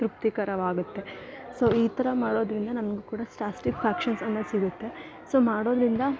ತೃಪ್ತಿಕರವಾಗುತ್ತೆ so ಈ ಥರ ಮಾಡೋದರಿಂದ ನಮ್ಗೆ ಕೂಡ ಸ್ಟಾಸ್ಟಿಕ್ಫ್ಯಾಕ್ಷನ್ಸ್ ಅನ್ನೋದು ಸಿಗುತ್ತೆ ಸೊ ಮಾಡೋದರಿಂದ